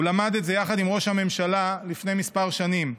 הוא למד את זה יחד עם ראש הממשלה לפני כמה שנים.